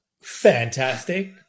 Fantastic